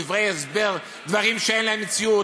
בדברי ההסבר דברים שאינם מציאות?